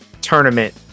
tournament